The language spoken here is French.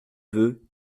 veut